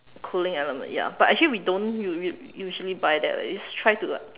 cooling element ya but actually we don't u~ u~ usually buy that leh we just try to like